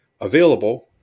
available